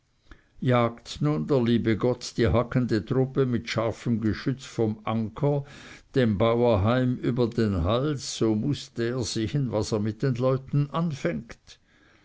jagt nun der liebe gott die hackende truppe mit scharfem geschütz vom acker dem bauer heim über den hals so muß der sehen was er mit den leuten anfängt